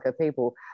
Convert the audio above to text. people